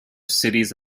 cities